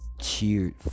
cheered